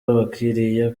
abakiriya